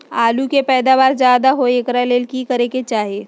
आलु के पैदावार ज्यादा होय एकरा ले की करे के चाही?